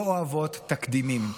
לא אוהבות תקדימים.